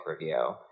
review